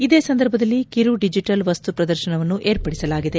ಇದೇ ಸಂದರ್ಭದಲ್ಲಿ ಕಿರು ಡಿಜಿಟಲ್ ವಸ್ತುಪ್ರದರ್ಶನವನ್ನು ಏರ್ಪಡಿಸಲಾಗಿದೆ